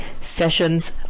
Sessions